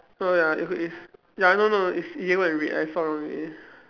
oh ya i~ is ya no no it's yellow and red I saw wrongly